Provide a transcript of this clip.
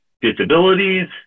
disabilities